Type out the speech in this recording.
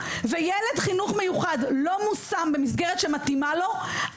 וילד חינוך מיוחד לא מושם במסגרת שמתאימה לו,